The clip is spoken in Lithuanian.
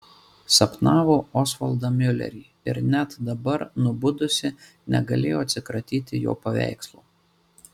sapnavo osvaldą miulerį ir net dabar nubudusi negalėjo atsikratyti jo paveikslo